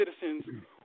citizens